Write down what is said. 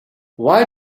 why